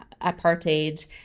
apartheid